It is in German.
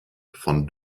von